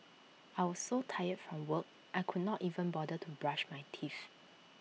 I was so tired from work I could not even bother to brush my teeth